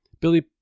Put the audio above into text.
Billy